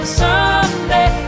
someday